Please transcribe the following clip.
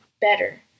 better